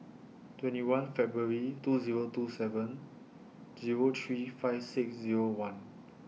twenty one February two Zero two seven Zero three five six Zero one